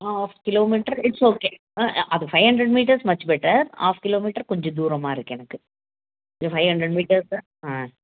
ah half kilo metre it's okay அது five hundred metres much better half kilo metre கொஞ்சம் தூரமாக இருக்குது எனக்கு இந்த ஃபைவ் ஹண்ட்ரட் மீட்டர்ஸு ஆ